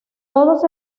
todos